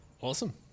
awesome